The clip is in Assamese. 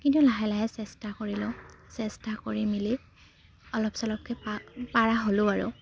কিন্তু লাহে লাহে চেষ্টা কৰিলোঁ চেষ্টা কৰি মেলি অলপ চলপকৈ পা পাৰা হ'লোঁ আৰু